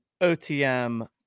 OTM